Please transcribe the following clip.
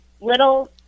little